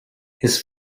his